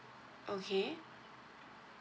okay